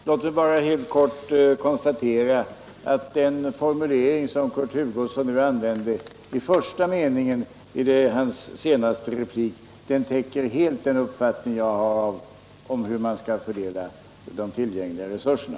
Herr talman! Låt mig bara helt kort konstatera att den formulering som Kurt Hugosson nu använde i första meningen i sin senaste replik helt täcker den uppfattning jag har om hur man skall fördela de tillgängliga resurserna.